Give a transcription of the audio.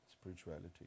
spirituality